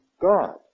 God